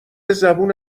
زبون